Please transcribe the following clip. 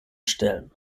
stellen